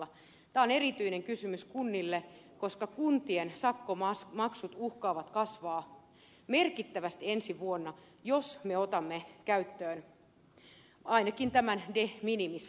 tämä on erityinen kysymys kunnille koska kuntien sakkomaksut uhkaavat kasvaa merkittävästi ensi vuonna jos me otamme käyttöön ainakin tämän de minimis käytännön